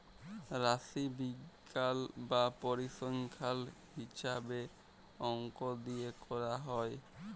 রাশিবিজ্ঞাল বা পরিসংখ্যাল হিছাবে অংক দিয়ে ক্যরা হ্যয়